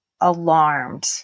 alarmed